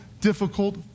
difficult